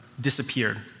disappeared